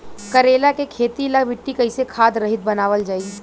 करेला के खेती ला मिट्टी कइसे खाद्य रहित बनावल जाई?